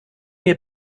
mir